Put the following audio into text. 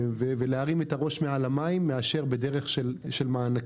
ולהרים את הראש מעל המים, מאשר בדרך של מענקים.